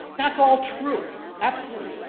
that's all true. absolutely.